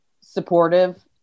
supportive